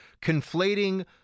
conflating